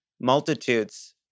Multitude's